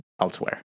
elsewhere